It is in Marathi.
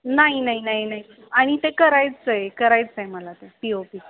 नाई नाई नाई नाई आनि ते करायचंय करायचंय मला ते पी ओ पी